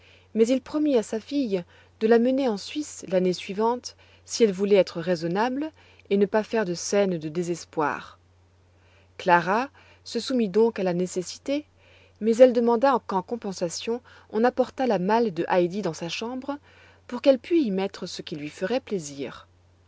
mais il promit à sa fille de la mener en suisse l'année suivante si elle voulait être raisonnable et ne pas faire de scènes de désespoir clara se soumit donc à la nécessité mais elle demanda qu'en compensation on apportât la malle de heidi dans sa chambre pour qu'elle pût y mettre ce qui lui ferait plaisir